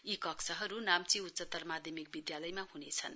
यी कक्षहरू नाम्ची उच्चत्तर माध्यमिक विद्यालयमा हुनेछन्